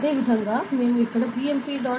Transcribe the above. అదేవిధంగా మేము ఇక్కడ bmp